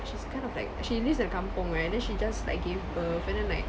she's kind of like she lives in a kampung right then she just like gave birth and then like